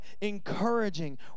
encouraging